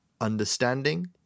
understanding